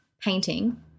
painting